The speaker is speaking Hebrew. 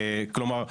כלומר,